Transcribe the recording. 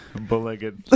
Bull-legged